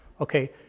Okay